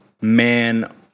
man